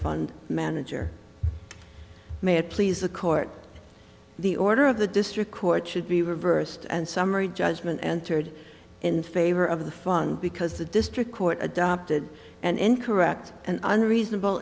fund manager may it please the court the order of the district court should be reversed and summary judgment entered in favor of the fund because the district court adopted an incorrect and unreasonable